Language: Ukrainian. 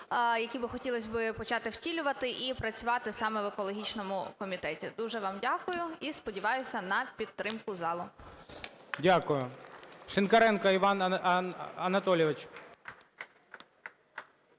які б хотілося почати втілювати і працювати саме в екологічному комітеті. Дуже вам дякую. І сподіваюся на підтримку залу. ГОЛОВУЮЧИЙ. Дякую. Шинкаренко Іван Анатолійович.